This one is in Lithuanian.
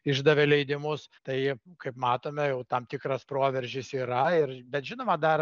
išdavė leidimus tai kaip matome jau tam tikras proveržis yra ir bet žinoma dar